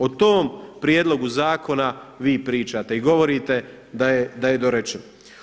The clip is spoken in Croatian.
O tom prijedlogu zakona vi pričate i govorite da je dorečen.